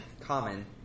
Common